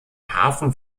hafen